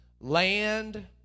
land